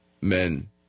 men